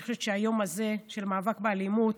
אני חושבת שהיום הזה של המאבק באלימות,